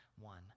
one